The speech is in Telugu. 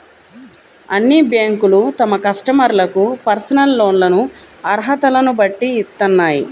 అన్ని బ్యేంకులూ తమ కస్టమర్లకు పర్సనల్ లోన్లను అర్హతలను బట్టి ఇత్తన్నాయి